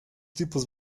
tipos